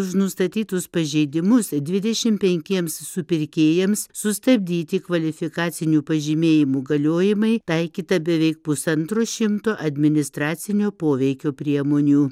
už nustatytus pažeidimus dvidešim penkiems supirkėjams sustabdyti kvalifikacinių pažymėjimų galiojimai taikyta beveik pusantro šimto administracinio poveikio priemonių